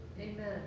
Amen